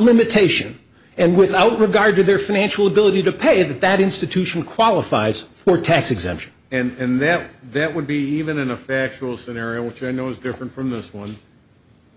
limitation and without regard to their financial ability to pay that that institution qualifies for tax exemption and then that would be even in a factual scenario which i know is different from this one